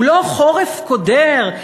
הוא לא חורף קודר,